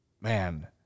man